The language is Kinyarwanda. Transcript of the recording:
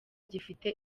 gifite